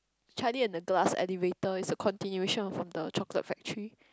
Charlie-and-the-Glass-Elevator is a continuation from the chocolate factory